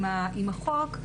עם החוק,